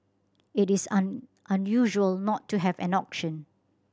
it is an unusual not to have an auction